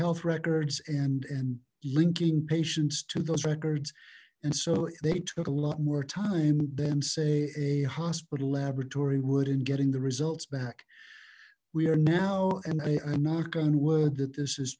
health records and and linking patients to those records and so they took a lot more time than say a hospital laboratory would and getting the results back we are now and i a knock on wood that this is